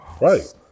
Right